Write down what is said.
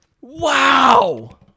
Wow